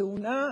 הודעה